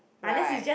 right